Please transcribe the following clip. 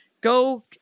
go